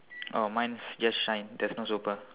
oh mine is just shine there also but